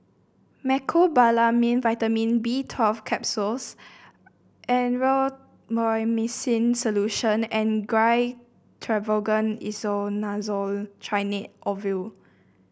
Mecobalamin Vitamin B Twelve Capsules Erythroymycin Solution and Gyno Travogen Isoconazole Ovule